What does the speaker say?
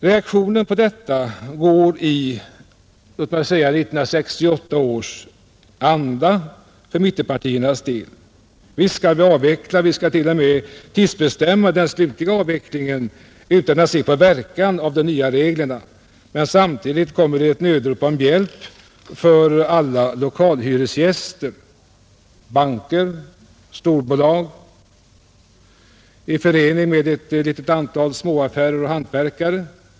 Reaktionen på dessa förslag går i 1968 års anda för mittenpartiernas del: ”Visst skall vi avveckla, vi skall t.o.m. tidsbestämma den slutliga avvecklingen utan att se på verkan av de nya reglerna.” Men samtidigt kommer ett nödrop med begäran om hjälp för alla lokalhyresgäster — banker och storbolag i förening med ett antal små affärer och hantverkare.